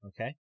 okay